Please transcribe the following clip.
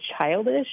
childish